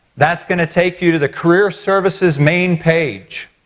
that's going to take you to the career services main page.